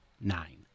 nine